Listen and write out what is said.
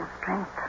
strength